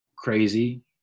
crazy